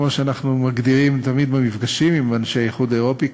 כמו שאנחנו מגדירים תמיד במפגשים עם אנשי האיחוד האירופי,